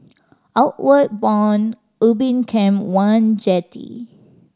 Outward Bound Ubin Camp One Jetty